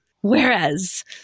Whereas